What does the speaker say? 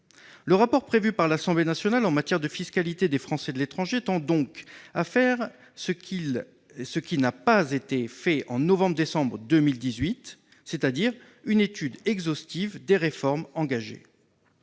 Le rapport prévu par l'Assemblée nationale en matière de fiscalité des Français de l'étranger tend donc à faire ce qui n'a pas été fait en novembre-décembre 2018 : une étude exhaustive des réformes engagées.